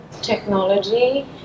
technology